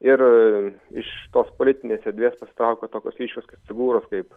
ir iš tos politinės erdvės pasitraukia tokios ryškios figūros kaip